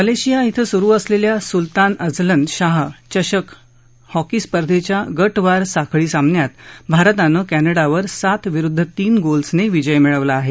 Malaysia धिं सुरु असलेल्या सुलतान अझलन शाह चषक हॉकी स्पर्धेच्या गटवार साखळी सामन्यात भारतानं कॅनडावर सात विरुद्ध तीन गोल्सनं विजय मिळवला आहे